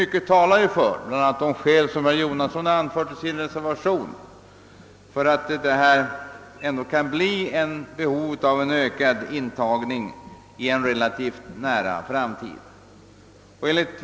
Mycket talar dock för — bl.a. de omständigheter som herr Jonasson har anfört i sin reservation — att det kan bli behov av en ökad intagning i en relativt nära framtid.